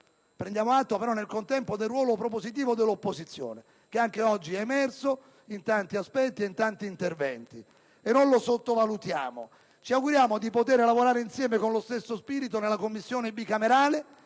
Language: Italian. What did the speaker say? Prendiamo atto però, nel contempo, del ruolo propositivo dell'opposizione, che anche oggi è emerso in tanti aspetti e in tanti interventi, e non lo sottovalutiamo. Ci auguriamo di poter lavorare insieme con lo stesso spirito nella Commissione bicamerale